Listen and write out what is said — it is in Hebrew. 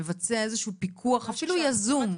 מבצע איזשהו פיקוח, אפילו יזום?